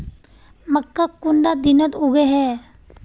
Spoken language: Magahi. मक्का कुंडा दिनोत उगैहे?